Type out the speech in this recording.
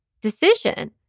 decision